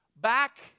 back